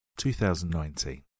2019